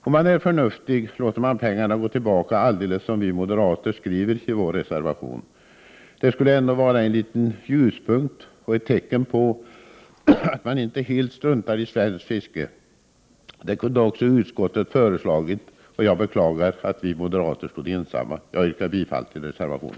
Om man är förnuftig låter man pengarna gå tillbaka, alldeles som vi moderater skriver i vår reservation. Det skulle ändå vara en liten ljuspunkt och ett tecken på att man inte helt struntar i svenskt fiske. Det kunde också utskottet föreslagit, och jag beklagar att vi moderater stod ensamma. Herr talman! Jag yrkar bifall till vår reservation.